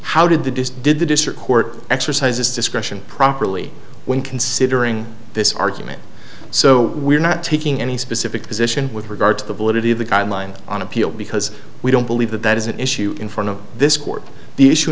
how did the dist did the district court exercises discretion properly when considering this argument so we are not taking any specific position with regard to the validity of the guidelines on appeal because we don't believe that that is an issue in front of this court the issue